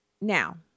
now